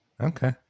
okay